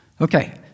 Okay